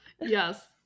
yes